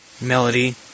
melody